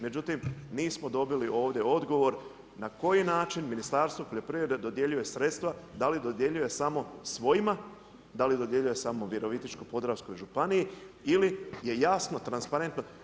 Međutim, nismo dobili ovdje odgovor na koji način Ministarstvo poljoprivrede dodjeljuje sredstva, da li dodjeljuje samo svojima, da li dodjeljuje samo Virovitičko-podravskoj županiji ili je jasno, transparentno.